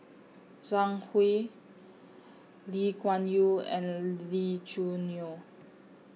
Zhang Hui Lee Kuan Yew and Lee Choo Neo